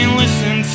listen